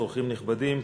אורחים נכבדים,